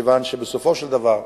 בסופו של דבר,